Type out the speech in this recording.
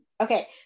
okay